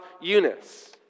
Eunice